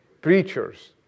preachers